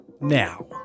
now